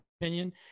opinion